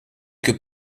que